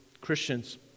Christians